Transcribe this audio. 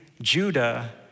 Judah